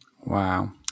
Wow